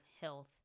health